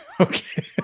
Okay